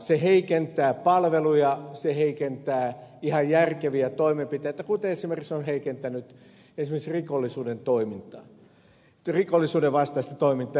se heikentää palveluja se heikentää ihan järkeviä toimenpiteitä kuten se on heikentänyt esimerkiksi rikollisuuden vastaista toimintaa